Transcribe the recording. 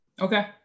Okay